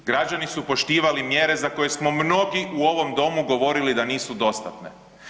Građani su poštivali mjere za koje smo mnogi u ovom domu govorili da nisu dostatne.